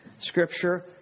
scripture